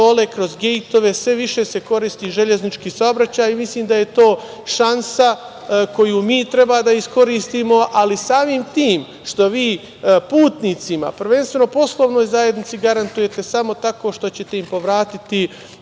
kroz gejtove. Sve više se koristi železnički saobraćaj i mislim da je to šansa koju mi treba da iskoristimo. Ali, samim tim što vi putnicima, prvenstveno poslovnoj zajednici garantujete samo tako što ćete im povratiti